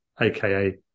aka